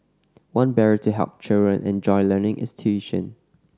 one barrier to helping children enjoy learning is tuition